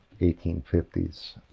1850s